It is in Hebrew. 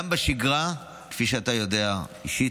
גם בשגרה, כפי שאתה יודע אישית,